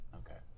okay